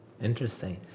Interesting